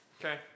okay